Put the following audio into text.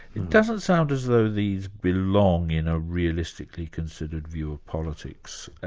it doesn't sound as though these belong in a realistically considered view of politics.